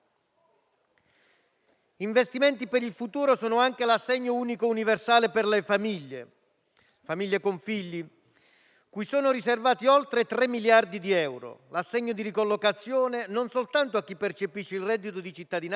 Investimenti per il futuro sono anche l'assegno unico universale per le famiglie con figli cui sono riservati oltre tre miliardi di euro, l'assegno di ricollocazione non soltanto a chi percepisce il reddito di cittadinanza